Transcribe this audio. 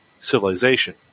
civilization